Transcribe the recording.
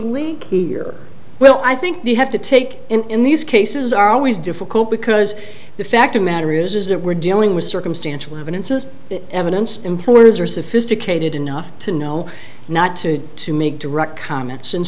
leak here well i think they have to take in these cases are always difficult because the fact of matter is is that we're dealing with circumstantial evidence is evidence employers are sophisticated enough to know not to to make direct comments and